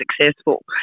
successful